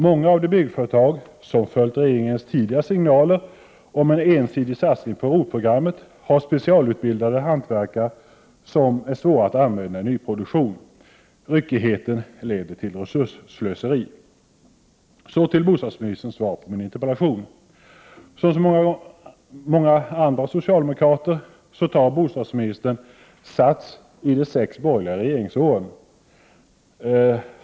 —- Många av de byggföretag som följt regeringens tidigare signaler om en ensidig satsning på ROT-programmet har specialutbildade hantverkare, som är svåra att använda i nyproduktionen. Ryckigheten leder till resursslöseri. Så till bostadsministerns svar på min interpellation. Bostadsministern tar, som många andra socialdemokrater, sats i de sex borgerliga regeringsåren.